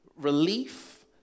relief